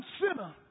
sinner